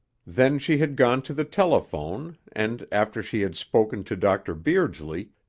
then she had gone to the telephone and, after she had spoken to dr. beardsley,